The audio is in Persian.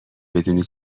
بدونی